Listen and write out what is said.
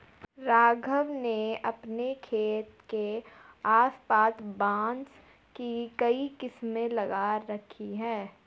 राघवन ने अपने खेत के आस पास बांस की कई किस्में लगा रखी हैं